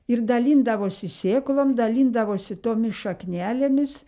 ir dalindavosi sėklom dalindavosi tomis šaknelėmis